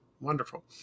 wonderful